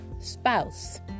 spouse